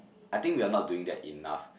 I think we're not doing that enough